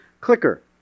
clicker